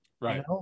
Right